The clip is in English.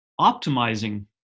optimizing